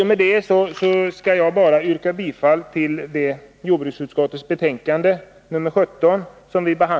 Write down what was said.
Med det sagda yrkar jag bifall till hemställan i jordbruksutskottets betänkande nr 17.